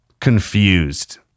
confused